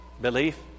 belief